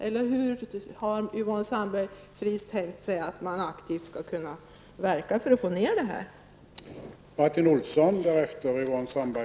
Eller hur har Yvonne Sandberg-Fries tänkt sig att man aktivt skall verka för en minskning av alkoholkonsumtionen?